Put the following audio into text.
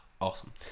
Awesome